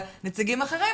להשתמש,